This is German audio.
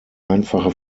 einfache